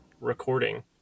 recording